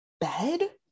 bed